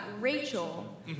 Rachel